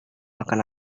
makan